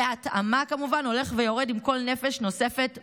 ובהתאמה כמובן הולך ויורד עם כל נפש נוספת במשפחה.